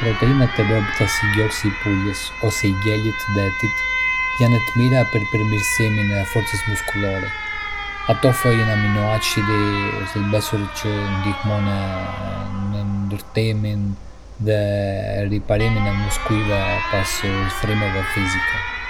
Proteinat e dobëta, si gjoksi i pulës ose i gjelit të detit, janë të mira për përmirësimin e forcës muskulore. Ato ofrojnë aminoacide thelbësore që ndihmojnë në ndërtimin dhe riparimin e muskujve pas ushtrimeve fizike.